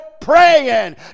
praying